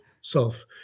self